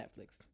Netflix